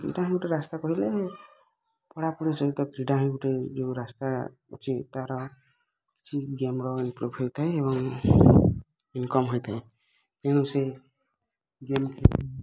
ଏଇଟା ହିଁ ଗୋଟେ ରାସ୍ତା କହିଲେ ପଢ଼ାପଢ଼ି ସହିତ ଏଇଟା ହିଁ ଗୋଟେ ଯୋଉ ରାସ୍ତା ଅଛି ତା'ର କିଛି ଗେମ୍ର ଇମ୍ପୃଭ୍ ହେଇଥାଏ ଏବଂ ଇନ୍କମ୍ ହୋଇଥାଏ ତେଣୁ ସେ ସେ ଗେମ୍ ଖେଳି